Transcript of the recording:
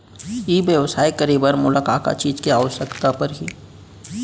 ई व्यवसाय करे बर मोला का का चीज के आवश्यकता परही?